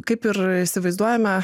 kaip ir įsivaizduojame